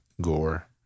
gore